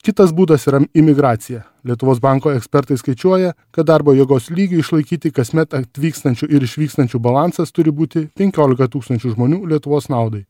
kitas būdas yra imigracija lietuvos banko ekspertai skaičiuoja kad darbo jėgos lygiui išlaikyti kasmet atvykstančių ir išvykstančių balansas turi būti penkiolika tūkstančių žmonių lietuvos naudai